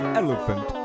elephant